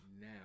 now